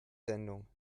sendung